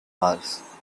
mars